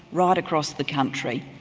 right across the country.